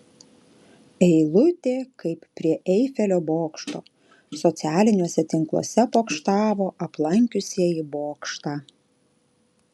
eilutė kaip prie eifelio bokšto socialiniuose tinkluose pokštavo aplankiusieji bokštą